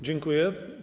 Dziękuję.